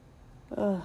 mm